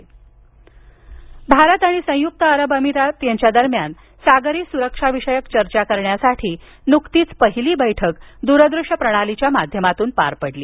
बैठक भारत आणि संयुक्त अरब अमिरात यांच्या दरम्यान सागरी स्रक्षाविषयक चर्चा करण्यासाठी न्कतीच पहिली बैठक दूरदृश्य प्रणालीच्या माध्यमातून पार पडली